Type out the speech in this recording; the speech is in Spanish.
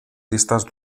listas